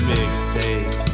Mixtape